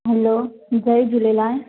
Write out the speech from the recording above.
हलो जय झूलेलाल